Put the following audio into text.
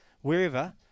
wherever